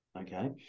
okay